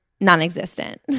non-existent